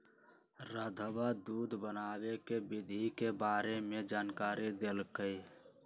रधवा दूध बनावे के विधि के बारे में जानकारी देलकई